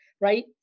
right